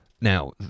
Now